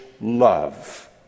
love